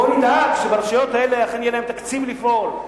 בוא נדאג שברשויות האלה אכן יהיה להם תקציב לפעול.